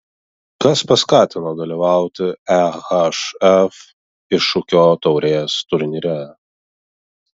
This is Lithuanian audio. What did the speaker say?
kas paskatino dalyvauti ehf iššūkio taurės turnyre